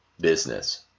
business